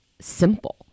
simple